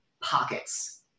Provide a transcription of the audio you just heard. pockets